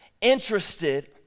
interested